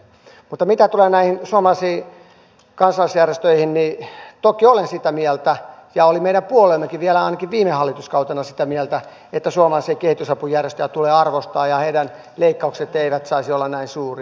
mutta mitä tulee näihin suomalaisiin kansalaisjärjestöihin niin toki olen sitä mieltä ja oli meidän puoleemmekin ainakin vielä viime hallituskautena että suomalaisia kehitysapujärjestöjä tulee arvostaa ja leikkaukset heiltä eivät saisi olla näin suuria